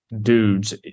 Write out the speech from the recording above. dudes